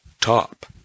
top